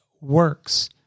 works